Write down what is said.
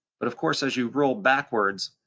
but of course, as you roll backwards,